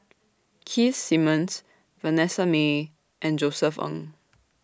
Keith Simmons Vanessa Mae and Josef Ng